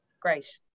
great